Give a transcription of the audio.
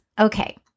Okay